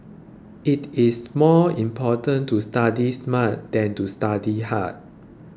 it is more important to study smart than to study hard